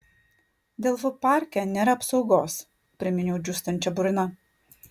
delfų parke nėra apsaugos priminiau džiūstančia burna